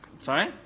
Sorry